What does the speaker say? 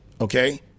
okay